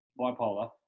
bipolar